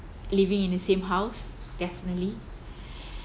living in the same house definitely